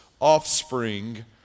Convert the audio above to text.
offspring